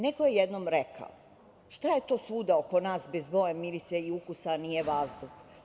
Neko je jednom rekao – šta je to svuda oko nas bez boje, mirisa i ukusa, a nije vazduh?